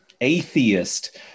atheist